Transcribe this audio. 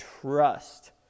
trust